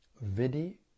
vidi